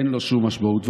אין לו שום משמעות.